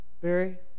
Barry